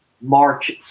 March